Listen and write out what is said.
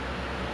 mmhmm